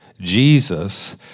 Jesus